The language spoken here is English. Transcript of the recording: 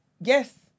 Yes